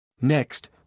Next